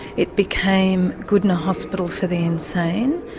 it became goodna hospital for the insane,